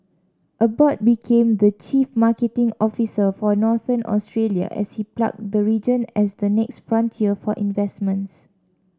Abbott became the chief marketing officer for Northern Australia as he plugged the region as the next frontier for investments